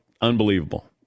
unbelievable